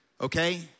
Okay